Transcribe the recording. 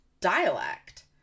dialect